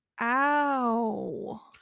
Ow